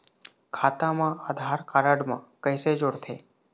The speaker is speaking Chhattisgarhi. खाता मा आधार कारड मा कैसे जोड़थे?